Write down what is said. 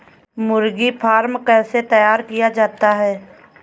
मुर्गी फार्म कैसे तैयार किया जाता है?